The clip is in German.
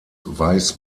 weiß